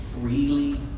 freely